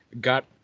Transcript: got